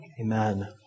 Amen